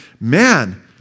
man